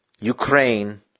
Ukraine